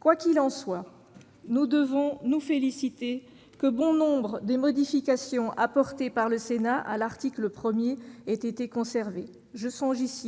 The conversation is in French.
Quoi qu'il en soit, nous devons nous féliciter que bon nombre des modifications introduites par le Sénat à l'article 1 aient été conservées. Je pense